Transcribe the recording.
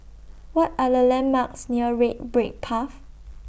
What Are The landmarks near Red Brick Path